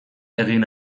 egin